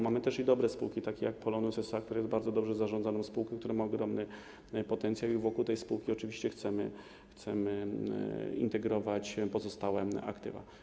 Mamy też dobre spółki, takie jak Polonus SA, który jest bardzo dobrze zarządzaną spółką, która ma ogromny potencjał, i wokół tej spółki oczywiście chcemy integrować pozostałe aktywa.